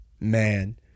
man